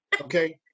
okay